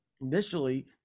initially